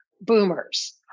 boomers